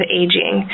aging